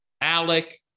ALEC